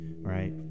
right